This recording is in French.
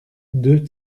deux